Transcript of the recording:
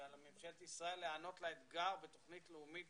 שעל ממשלת ישראל להיענות לאתגר בתכנית לאומית